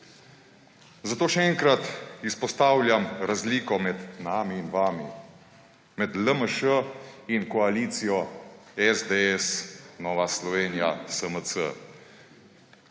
Zato še enkrat izpostavljam razliko med nami in vami, med LMŠ in koalicijo SDS, Nova Slovenija, SMC.